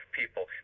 people